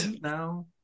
now